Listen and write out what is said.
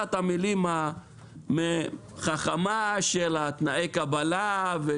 מכבסת המילים החכמה של תנאי הקבלה.